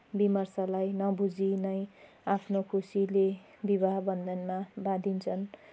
विमर्शलाई नबुझी नै आफ्नो खुसीले विवाह बन्धनमा बाँधिन्छन्